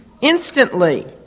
instantly